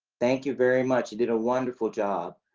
thank you very much, you did a wonderful job.